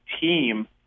team